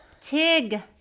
Tig